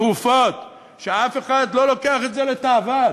תרופות, שאף אחד לא לוקח אתו לתאווה.